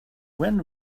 when